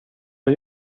jag